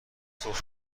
سرخ